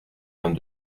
vingt